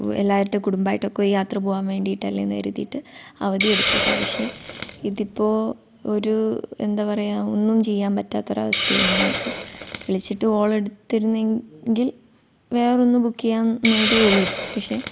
എല്ലാവരും കുടുംബമായിട്ട് യാത്രയൊക്കെ പോകാൻ വേണ്ടിട്ടല്ലേ എന്നൊക്കെ കരുതിയിട്ട് അവധിയെടുത്തതാണ് പക്ഷേ ഇതിപ്പോൾ ഒരു എന്താ പറയാ ഒന്നും ചെയ്യാൻ പറ്റാത്ത ഒരവസ്ഥയായി ഞങ്ങൾക്ക് വിളിച്ചിട്ട് കോൾ എടുത്തിരുന്നെങ്കിൽ വേറൊന്ന് ബുക്ക് ചെയ്യാവുന്നതേയുള്ളൂ പക്ഷേ